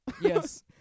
yes